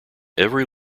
every